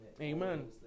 Amen